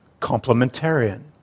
complementarian